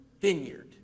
vineyard